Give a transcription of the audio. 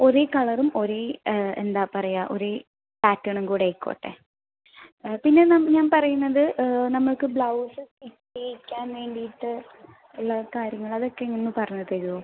ഒരേ കളറും ഒരേ എന്താ പറയാ ഒരേ പാറ്റേണും കൂടെ ആയിക്കോട്ടെ പിന്നെ നാ ഞാൻ പറയുന്നത് നമുക്ക് ബ്ലൗസ് തേയ്ക്കാൻ വേണ്ടീട്ട് ഉള്ള കാര്യങ്ങൾ അതൊക്കെ പറഞ്ഞ് തരോ